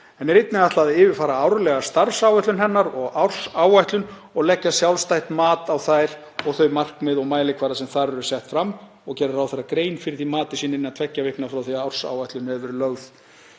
er einnig ætlað að yfirfara árlega starfsáætlun hennar og ársáætlun og leggja sjálfstætt mat á þær og þau markmið og mælikvarða sem þar eru sett fram og gera ráðherra grein fyrir mati sínu innan tveggja vikna frá því að ársáætlun hefur